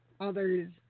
others